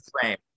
frame